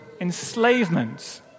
enslavement